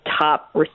top